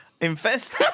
Invest